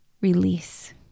release